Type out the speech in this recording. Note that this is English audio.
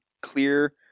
clear